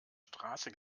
straße